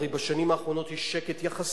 הרי בשנים האחרונות יש שקט יחסי.